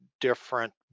different